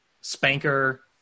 Spanker